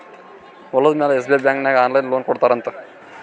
ಹೊಲುದ ಮ್ಯಾಲ SBI bank ನಾಗ್ ಆನ್ಲೈನ್ ಲೋನ್ ಕೊಡ್ತಾರ್ ಅಂತ್